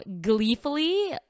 gleefully